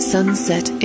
Sunset